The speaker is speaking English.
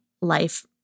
life